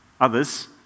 others